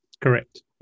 Correct